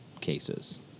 cases